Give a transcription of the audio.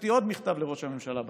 הוצאתי עוד מכתב לראש הממשלה בנושא.